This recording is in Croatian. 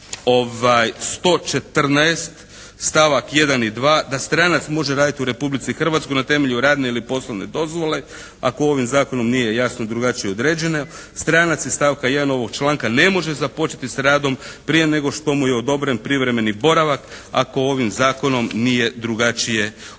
114. stavak 1. i 2. da stranac može raditi u Republici Hrvatskoj na temelju radne ili poslovne dozvole ako ovim zakonom nije jasno drugačije određeno. Stranac iz stavka 1. ovog članka ne može započeti s radom prije nego što mu je odobren privremeni boravak ako ovim zakonom nije drugačije određeno.